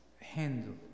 handle